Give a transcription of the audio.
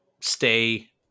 stay